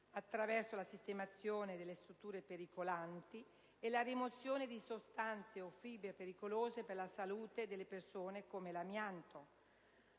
attraverso la sistemazione delle strutture pericolanti e la rimozione di sostanze o fibre pericolose per la salute delle persone, come l'amianto;